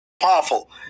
powerful